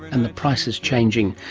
and the prices changing.